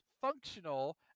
functional